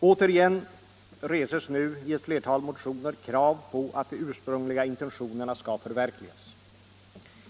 Återigen reses nu i ett flertal motioner krav på att de ursprungliga intentionerna skall förverkligas.